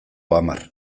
hamar